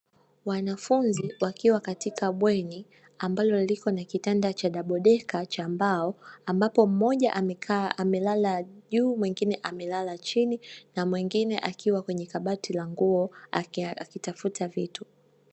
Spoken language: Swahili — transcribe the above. Wanafunzi wakiwa katika bweni ambalo liko na kitanda cha dabo deka cha mbao ambapo mmoja amelala juu, mwingine amelala chini na mwingine akiwa kwenye kabati la nguo akitafuta vitu.